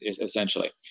essentially